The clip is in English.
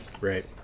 Right